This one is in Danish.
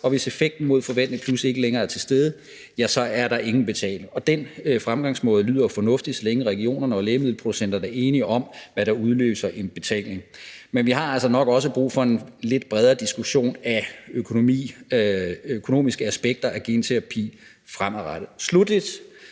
og hvis effekten mod forventning pludselig ikke længere er til stede, er der ingen betaling. Den fremgangsmåde lyder jo fornuftig, så længe regionerne og lægemiddelproducenterne er enige om, hvad der udløser en betaling. Men vi har altså nok også brug for en lidt bredere diskussion af økonomiske aspekter af genterapi fremadrettet. Sluttelig